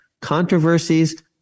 Controversies